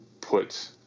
put